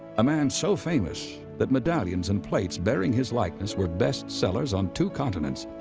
a man so famous that medallions and plates bearing his likeness were best sellers on two continents.